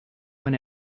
when